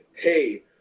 hey